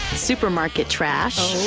supermarket trash.